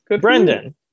Brendan